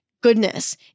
goodness